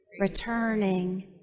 returning